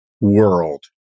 world